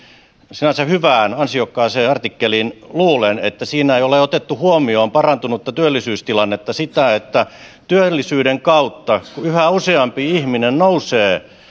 sinänsä hyvään ja ansiokkaaseen artikkeliin luulen että siinä ei ole otettu huomioon parantunutta työllisyystilannetta sitä että työllisyyden kautta yhä useampi ihminen nousee